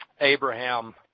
Abraham